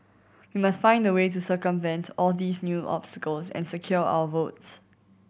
we must find a way to circumvent all these new obstacles and secure our votes